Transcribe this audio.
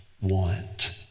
want